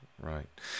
Right